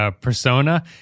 persona